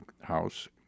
house